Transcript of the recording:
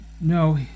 No